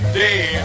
day